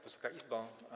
Wysoka Izbo!